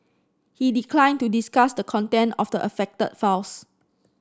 he declined to discuss the content of the affected files